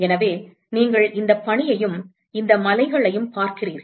எனவே நீங்கள் இந்த பனியையும் இந்த மலைகளையும் பார்க்கிறீர்கள்